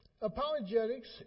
Apologetics